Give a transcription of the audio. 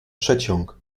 przeciąg